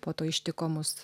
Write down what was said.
po to ištiko mus